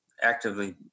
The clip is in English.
actively